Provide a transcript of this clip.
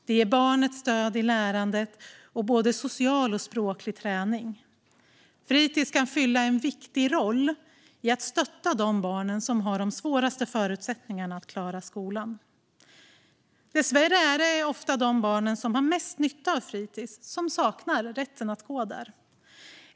Det ger barnet stöd i lärandet och både social och språklig träning. Fritis kan fylla en viktig roll i att stötta de barn som har de sämsta förutsättningarna att klara skolan. Dessvärre är det ofta de barn som har mest nytta av fritis som saknar rätten att gå där.